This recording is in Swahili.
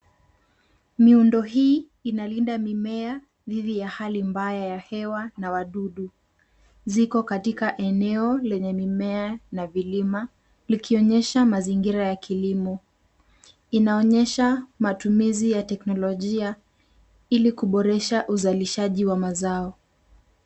Miundo hii inalinda mimea dhidi ya hali mbaya ya hewa na wadudu. Ziko katika eneo lenye mimea na vilima, likionyesha mazingira ya kilimo. Inaonyesha matumizi ya teknolojia, ili kuboresha uzalishaji wa mazao.